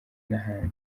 n’ahandi